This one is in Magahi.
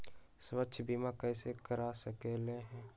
स्वाथ्य बीमा कैसे करा सकीले है?